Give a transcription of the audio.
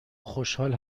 خوشحال